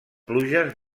pluges